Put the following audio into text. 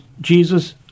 Jesus